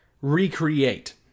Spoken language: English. recreate